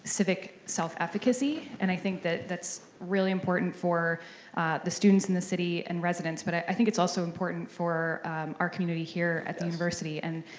civic self-efficacy and i think that that's really important for the students in the city and residents, but i think it's also important for our community here at the university. and